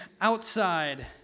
outside